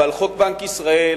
אבל חוק בנק ישראל